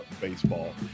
baseball